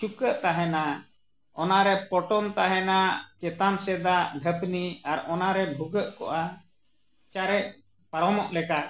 ᱪᱩᱠᱟᱹᱜ ᱛᱟᱦᱮᱱᱟ ᱚᱱᱟᱨᱮ ᱯᱚᱴᱚᱢ ᱛᱟᱦᱮᱱᱟ ᱪᱮᱛᱟᱱ ᱥᱮᱫᱟᱜ ᱰᱷᱟᱯᱱᱤ ᱟᱨ ᱚᱱᱟᱨᱮ ᱵᱷᱩᱜᱟᱹᱜ ᱠᱚᱜᱼᱟ ᱪᱟᱨᱮᱡ ᱯᱟᱨᱚᱢᱚᱜ ᱞᱮᱠᱟ